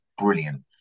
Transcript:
brilliant